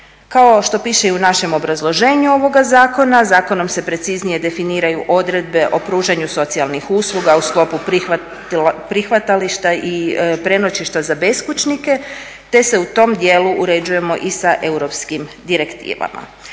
Kao što piše i u našem obrazloženju ovoga zakona, zakonom se preciznije definiraju odredbe o pružanju socijalnih usluga u sklopu prihvatilišta i prenoćišta za beskućnice te se u tom dijelu uređujemo i sa europskim direktivama